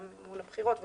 גם מימון הבחירות וכו'.